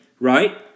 right